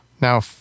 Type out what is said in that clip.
Now